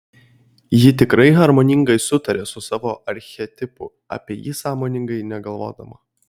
ji tikrai harmoningai sutaria su savo archetipu apie jį sąmoningai negalvodama